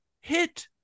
hit